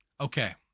okay